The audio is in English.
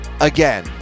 again